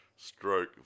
Stroke